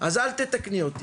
אז אל תתקני אותי.